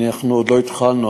אנחנו עוד לא התחלנו,